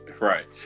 right